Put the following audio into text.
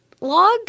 log